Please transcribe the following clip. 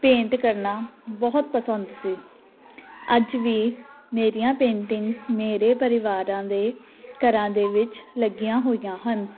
paint ਕਰਨਾ ਬਹੁਤ ਪਸੰਦ ਸੀ ਅੱਜ ਵੀ ਮੇਰੀਆਂ ਪੇਂਟਿੰਗਸ ਮੇਰੇ ਪਰਿਵਾਰਾਂ ਦੇ ਘਰਾਂ ਦੇ ਵਿੱਚ ਲੱਗੀਆਂ ਹੋਈਆਂ ਹਨ